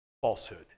falsehood